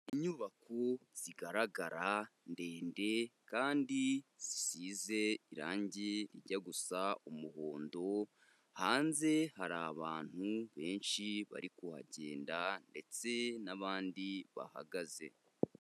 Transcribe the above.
Inyubako zigaragara ndende, kandi zisize irangi rijya gusa umuhondo, hanze hari abantu benshi bari kuhagenda ndetse n'abandi bahagaze.